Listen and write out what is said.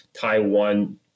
Taiwan